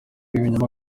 y’ibinyoma